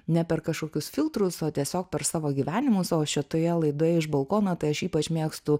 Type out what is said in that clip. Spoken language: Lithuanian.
ne per kažkokius filtrus o tiesiog per savo gyvenimus o šitoje laidoje iš balkono tai aš ypač mėgstu